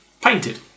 painted